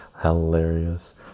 hilarious